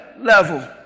level